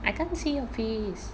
I can't see your face